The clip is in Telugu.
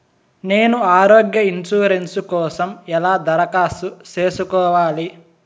నేను ఆరోగ్య ఇన్సూరెన్సు కోసం ఎలా దరఖాస్తు సేసుకోవాలి